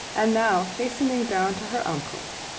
and now hastening down to her uncle's.